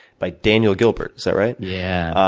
by daniel gilbert, is that right? yeah.